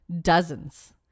dozens